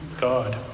God